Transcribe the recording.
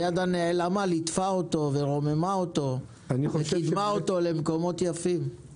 היד הנעלמה ליטפה אותו ורוממה אותו וקידמה אותו למקומות יפים...